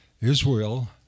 Israel